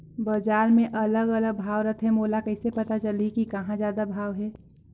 बजार मे अलग अलग भाव रथे, मोला कइसे पता चलही कि कहां जादा भाव हे?